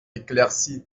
éclairci